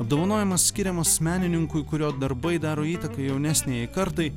apdovanojimas skiriamas menininkui kurio darbai daro įtaką jaunesniajai kartai